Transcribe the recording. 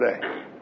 today